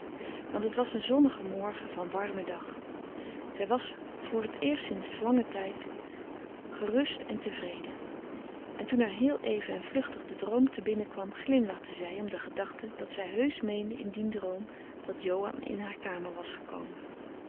want het was een zonnige morgen van warmen dag zij was voor t eerst sints langen tijd gerust en tevreden en toen haar heel even en vluchtig de droom te binnen kwam glimlachte zij om de gedachte dat zij heusch meende in dien droom dat johan in haar kamer was gekomen